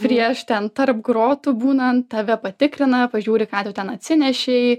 prieš ten tarp grotų būnant tave patikrina pažiūri ką tu ten atsinešei